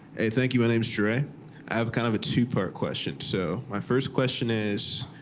hey, thank you. my name's dre. i have kind of a two-part question. so my first question is,